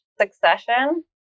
Succession